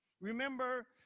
Remember